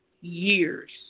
years